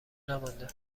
نمانده